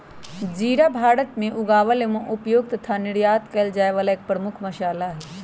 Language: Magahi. जीरा भारत में उगावल एवं उपयोग तथा निर्यात कइल जाये वाला एक प्रमुख मसाला हई